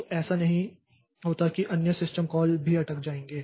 तो ऐसा नहीं होता है कि अन्य सिस्टम कॉल भी अटक जाएंगे